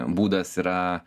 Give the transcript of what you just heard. būdas yra